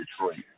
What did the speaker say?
Detroit